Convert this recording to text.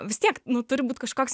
vis tiek nu turi būti kažkoks